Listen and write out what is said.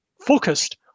focused